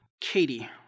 Katie